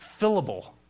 fillable